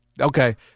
Okay